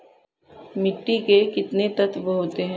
मिट्टी में कितने तत्व होते हैं?